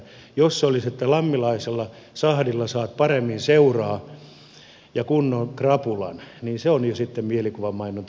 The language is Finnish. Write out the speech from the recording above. jos se olisi että lammilaisella sahdilla saat paremmin seuraa ja kunnon krapulan niin se olisi jo sitten mielikuvamainontaa